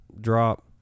drop